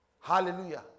Hallelujah